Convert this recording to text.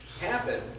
happen